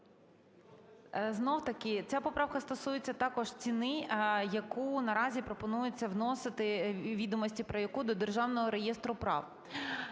Знов-таки ця поправка стосується також ціни, яку наразі пропонується вносити, і відомості про яку, до Державного реєстру прав.